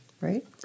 Right